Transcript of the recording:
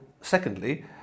secondly